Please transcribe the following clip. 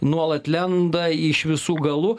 nuolat lenda iš visų galų